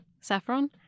Saffron